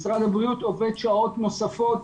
משרד הבריאות עובד שעות נוספות,